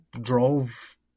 drove